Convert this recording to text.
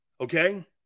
Okay